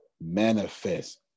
manifest